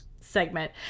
segment